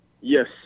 Yes